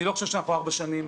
אני לא חושב שארבע שנים,